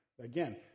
Again